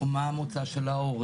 או מה המוצא של ההורים,